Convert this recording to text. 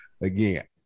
Again